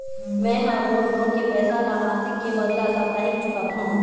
में ह मोर लोन के पैसा ला मासिक के बदला साप्ताहिक चुकाथों